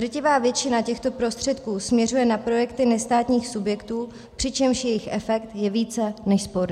Drtivá většina těchto prostředků směřuje na projekty nestátních subjektů, přičemž jejich efekt je více než sporný.